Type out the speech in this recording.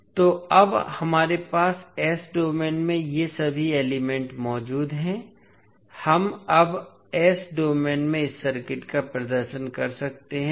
तो अब हमारे पास s डोमेन में ये सभी एलिमेंट मौजूद हैं हम अब s डोमेन में इस सर्किट का प्रदर्शन कर सकते हैं